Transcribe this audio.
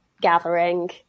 gathering